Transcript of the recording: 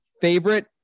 favorite